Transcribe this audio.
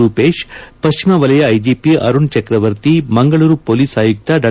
ರೂಪೇಶ್ ಪಕ್ಲಿಮ ವಲಯ IGP Arun Chakravarthi Mangaluru police ಆಯುಕ್ತ ಡಾ